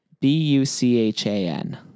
B-U-C-H-A-N